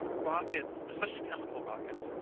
rockets, especially chemical rockets,